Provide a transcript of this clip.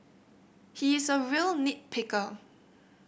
he is a real nit picker